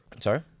sorry